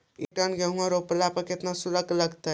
एक टन गेहूं रोपेला केतना शुल्क लगतई?